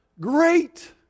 great